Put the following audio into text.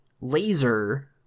laser